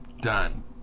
Done